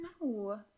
No